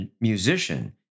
musician